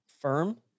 firm